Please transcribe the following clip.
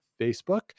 Facebook